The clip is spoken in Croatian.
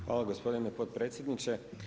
Hvala gospodine potpredsjedniče.